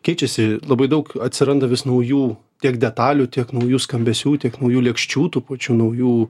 keičiasi labai daug atsiranda vis naujų tiek detalių tiek naujų skambesių tiek naujų lėkščių tų pačių naujų